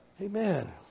Amen